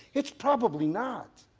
it's probably not.